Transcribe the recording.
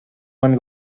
one